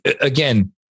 again